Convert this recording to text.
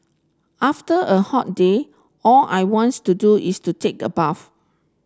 after a hot day all I wants to do is to take a bath